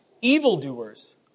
evildoers